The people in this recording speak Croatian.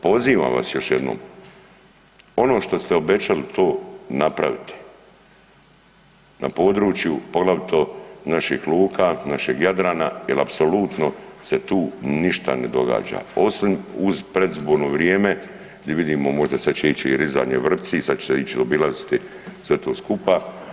Pozivam vas još jednom ono što ste obećali to napravite na području poglavito naših luka, našeg Jadrana jer apsolutno se tu ništa ne događa osim u predizborno vrijeme gdje vidimo možda će ići rezanje vrpci, sad će se ići obilaziti sve to skupa.